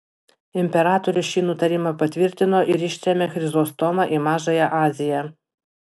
imperatorius šį nutarimą patvirtino ir ištrėmė chrizostomą į mažąją aziją